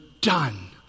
done